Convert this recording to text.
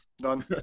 Done